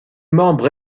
membre